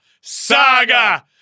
Saga